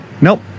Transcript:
nope